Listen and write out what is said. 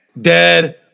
Dead